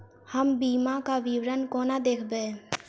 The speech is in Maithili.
हम बीमाक विवरण कोना देखबै?